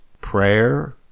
Prayer